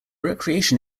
recreation